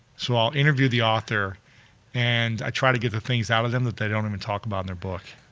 so i'll interview the author and i try to get the things out of them that they don't even talk about their book.